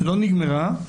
ולא נגמרה.